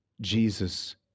Jesus